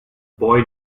boy